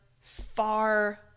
far